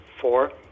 Four